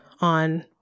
on